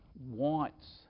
wants